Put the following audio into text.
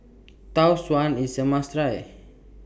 Tau Suan IS A must Try